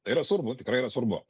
tai yra svarbu tikrai yra svarbu